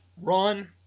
Run